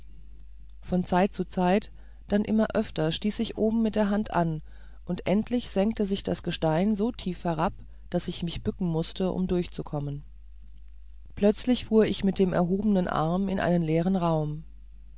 von zeit zu zeit dann immer öfter stieß ich oben mit der hand an und endlich senkte sich das gestein so tief herab daß ich mich bücken mußte um durchzukommen pötzlich fuhr ich mit dem erhobenen arm in einen leeren raum